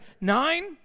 nine